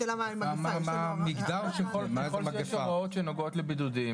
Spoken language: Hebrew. השאלה מה --- אני מתכוון שכל ההוראות שקשורות לחובת הבידוד.